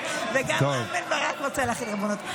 וגם רם בן ברק רוצה להחיל ריבונות.